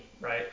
right